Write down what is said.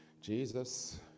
Jesus